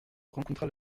rencontra